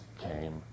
came